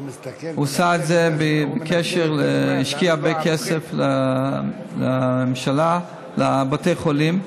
הוא השקיע הרבה כסף, הממשלה, בבתי חולים.